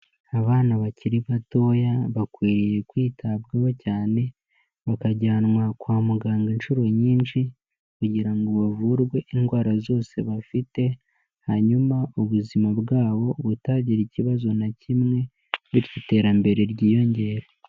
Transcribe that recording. Abana bakiri batoya bakwiriye kwitabwaho cyane, bakajyanwa kwa muganga inshuro nyinshi kugira ngo bavurwe indwara zose bafite, hanyuma ubuzima bwabo butagire ikibazo na kimwe bityo iterambere ryiyongere.